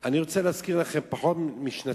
אני רוצה להזכיר לכם שלפני פחות משנתיים,